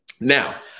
Now